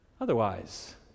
otherwise